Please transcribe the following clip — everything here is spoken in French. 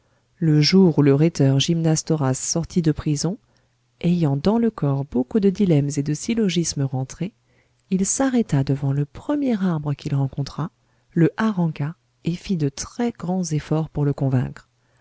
le jour où le rhéteur gymnastoras sortit de prison ayant dans le corps beaucoup de dilemmes et de syllogismes rentrés il s'arrêta devant le premier arbre qu'il rencontra le harangua et fit de très grands efforts pour le convaincre